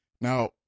now